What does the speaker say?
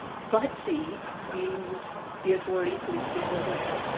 but see means the authority points the other way